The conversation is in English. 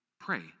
pray